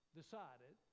decided